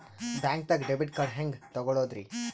ಬ್ಯಾಂಕ್ದಾಗ debit card ಹೆಂಗ್ ತಗೊಳದ್ರಿ?